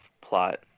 plot